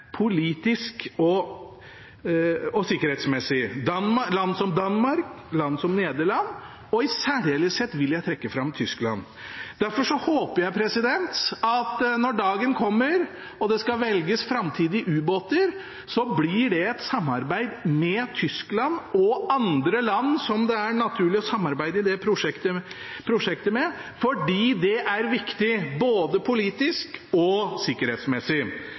politisk og sikkerhetsmessig – land som Danmark, land som Nederland, og i særdeleshet vil jeg trekke fram Tyskland. Derfor håper jeg når dagen kommer og det skal velges framtidige ubåter, at det blir et samarbeid med Tyskland og andre land som det er naturlig å samarbeide med om det prosjektet, fordi det er viktig både politisk og sikkerhetsmessig.